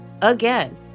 again